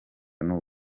n’u